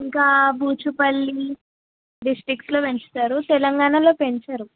ఇంకా బూచుపల్లి డిస్ట్రిక్ట్స్లో పెంచుతారు తెలంగాణలో పెంచరు